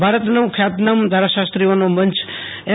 ભારતનો ખ્યાતનામ ધારાશાત્રીઓનો મંચ એમ